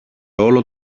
όλο